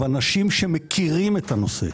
אבל אנשים שמכירים את הנושא.